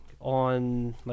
on